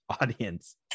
audience